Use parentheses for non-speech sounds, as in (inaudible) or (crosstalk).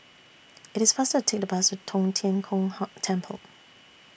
IT IS faster Take The Bus Tong Tien Kung (unintelligible) Temple